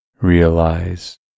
Realize